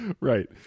Right